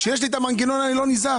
כשיש לי את המנגנון אני לא נזהר.